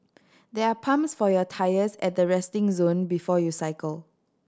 there are pumps for your tyres at the resting zone before you cycle